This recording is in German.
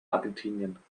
argentinien